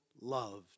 loved